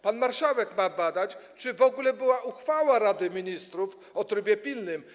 Pan marszałek ma badać, czy w ogóle była uchwała Rady Ministrów o trybie pilnym.